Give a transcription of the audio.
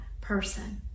person